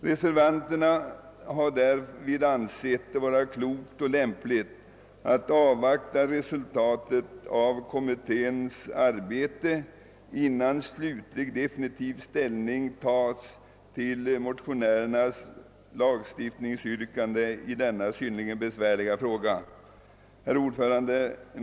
Reservanterna har därför ansett det vara klokt och lämpligt att avvakta resultatet av kommitténs arbete innan definitiv ställning tages till motionärernas lagstiftningsyrkande i denna besvärliga fråga. Herr talman!